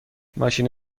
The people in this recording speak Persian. ماشین